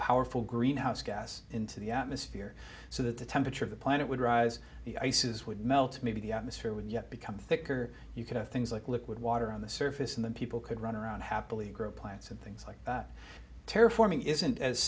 powerful greenhouse gas into the atmosphere so that the temperature of the planet would rise the ices would melt maybe the atmosphere with yet become thicker you could have things like liquid water on the surface and then people could run around happily group plants and things like terra forming isn't as